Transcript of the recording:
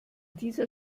dieser